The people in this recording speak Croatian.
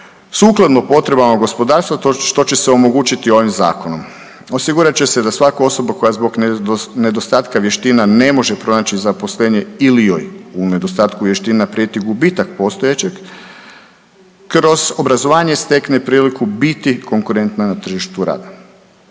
sukladno potrebama gospodarstva što će se omogućiti ovim zakonom. Osigurat će se da svaka osoba koja zbog nedostatka vještina ne može pronaći zaposlenje ili joj u nedostatku vještina prijeti gubitak postojećeg kroz obrazovanje stekne priliku biti konkurentna na tržištu rada.